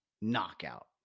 Knockout